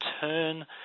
turn